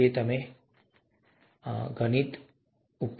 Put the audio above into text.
તે પણ ગણિત છે